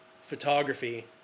Photography